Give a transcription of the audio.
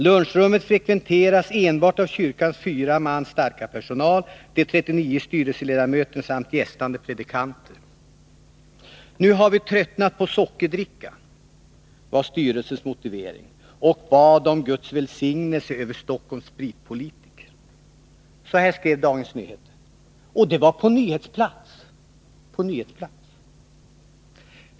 Lunchrummet frekventeras enbart av kyrkans 4 man starka personal, de 39 styrelsemedlemmarna samt gästande —-—-- predikanter. ”Nu har vi tröttnat på sockerdrickan”, var styrelsens motivering och bad om Guds välsignelse över Stockholms spritpolitiker.” Så skrev DN på nyhetsplats.